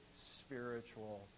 spiritual